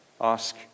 Ask